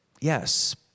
yes